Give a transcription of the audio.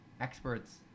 experts